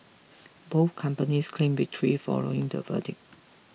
both companies claimed victory following the verdict